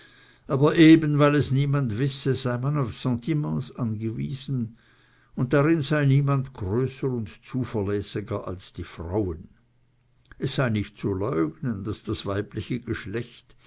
aber eben weil es niemand wisse sei man auf sentiments angewiesen und darin sei niemand größer und zuverlässiger als die frauen es sei nicht zu leugnen das weibliche geschlecht